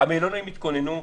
המלונאים התכוננו,